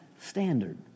standard